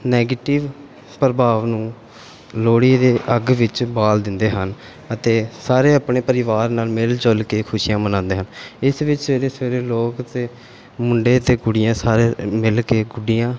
negative ਪ੍ਰਭਾਵ ਨੂੰ ਲੋਹੜੀ ਦੇ ਅੱਗ ਵਿੱਚ ਬਾਲ ਦਿੰਦੇ ਹਨ ਅਤੇ ਸਾਰੇ ਆਪਣੇ ਪਰਿਵਾਰ ਨਾਲ ਮਿਲ ਜੁਲ ਕੇ ਖੁਸ਼ੀਆਂ ਮਨਾਉਂਦੇ ਹਨ ਇਸ ਵਿੱਚ ਸਵੇਰੇ ਸਵੇਰੇ ਲੋਕ ਅਤੇ ਮੁੰਡੇ ਅਤੇ ਕੁੜੀਆਂ ਸਾਰੇ ਮਿਲ ਕੇ ਗੁੱਡੀਆਂ